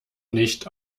nicht